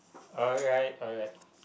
alright alright